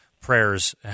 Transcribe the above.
prayers